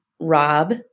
Rob